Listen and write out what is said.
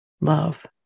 love